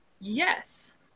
Yes